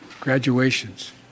Graduations